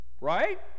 right